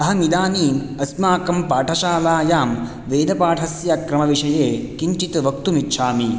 अहमिदानीम् अस्माकं पाठशालायां वेदमपाठस्य क्रमविषये किञ्चित् वक्तुमिच्छामि